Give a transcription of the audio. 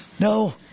No